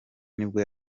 nibwo